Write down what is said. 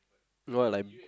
no I like